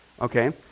Okay